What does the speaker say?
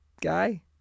guy